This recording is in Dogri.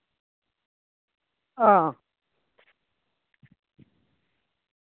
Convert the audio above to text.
हां